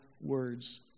words